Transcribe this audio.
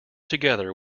together